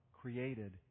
created